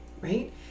right